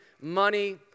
money